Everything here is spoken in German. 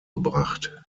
gebracht